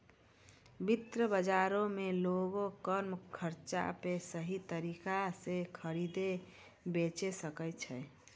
वित्त बजारो मे लोगें कम खर्चा पे सही तरिका से खरीदे बेचै सकै छै